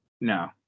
No